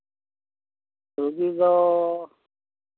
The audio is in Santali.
ᱨᱩᱜᱤ ᱫᱚ